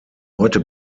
heute